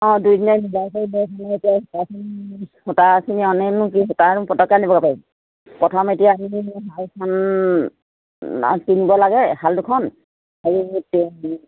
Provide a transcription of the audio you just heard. কি সূতা পটকে আনিব পাৰি প্ৰথম এতিয়া আমি শালখন কিনিব লাগে শাল দুখন আৰু